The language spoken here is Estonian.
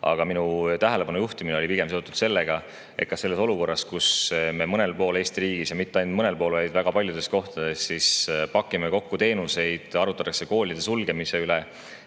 Aga minu tähelepanujuhtimine oli pigem seotud sellega, et kas selles olukorras, kus me mõnel pool Eesti riigis – ja mitte ainult mõnel pool, vaid väga paljudes kohtades – pakime kokku teenuseid, sest mõnes kohas arutatakse koolide sulgemise üle